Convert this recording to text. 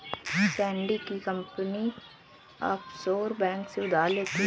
Sandy की company offshore bank से उधार लेती है